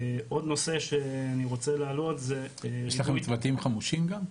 עוד נושא שאני רוצה להעלות זה --- יש לכם צוותים חמושים גם?